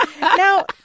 Now